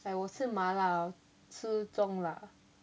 like 我吃麻辣吃中辣